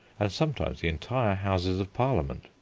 and sometimes the entire houses of parliament.